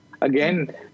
again